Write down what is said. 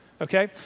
okay